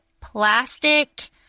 plastic